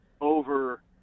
over –